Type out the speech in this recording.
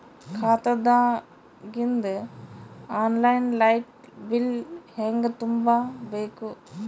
ಖಾತಾದಾಗಿಂದ online light bill ಹೇಂಗ ತುಂಬಾ ಬೇಕು?